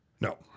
No